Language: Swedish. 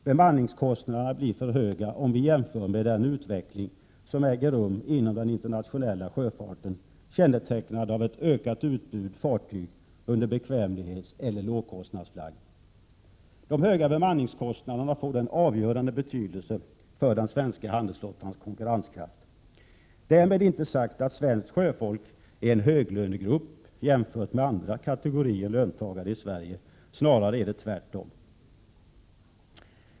Bemanningskostnaderna blir för höga, om vi jämför med den utveckling som äger rum inom den internationella sjöfarten, kännetecknad av ett ökat utbud fartyg under bekvämlighetseller lågkostnadsflagg. De höga bemanningskostnaderna får då en avgörande betydelse för den svenska handelsflottans konkurrenskraft. Därmed inte sagt att svenskt sjöfolk är en höglönegrupp i jämförelse med andra kategorier löntagare i Sverige. Snarare är det tvärtom.